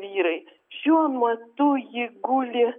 vyrai šiuo metu ji guli